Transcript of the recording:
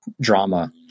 drama